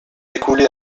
écoulé